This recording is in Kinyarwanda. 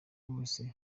wese